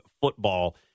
Football